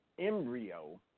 embryo